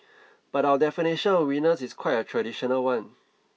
but our definition of winners is quite a traditional one